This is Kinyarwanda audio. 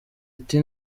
ati